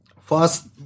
first